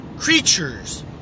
Creatures